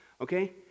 Okay